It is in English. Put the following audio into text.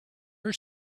her